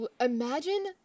Imagine